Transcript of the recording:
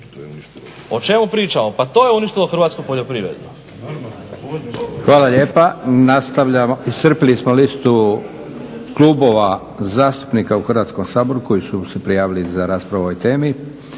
O čemu pričamo, pa to je uništilo hrvatsku poljoprivredu. **Leko, Josip (SDP)** Hvala lijepa. Nastavljamo, iscrpili smo listu klubova zastupnika u Hrvatskom saboru koji su se prijavili za raspravu o ovoj temi.